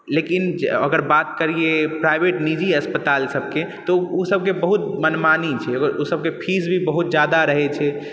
लेकिन अगर बात करियै प्राइवेट निजी अस्पताल सबके तऽ उ सबके बहुत मनमानी छै उ सभके फीस भी बहुत जादा रहै छै